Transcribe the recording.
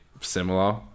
similar